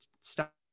stop